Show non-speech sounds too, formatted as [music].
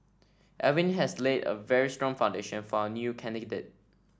Alvin has laid a very strong foundation for our new [unintelligible]